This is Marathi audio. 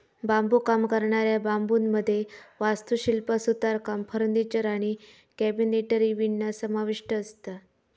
बांबुकाम करणाऱ्या बांबुमध्ये वास्तुशिल्प, सुतारकाम, फर्निचर आणि कॅबिनेटरी विणणा समाविष्ठ असता